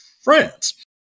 France